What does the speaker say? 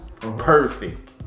perfect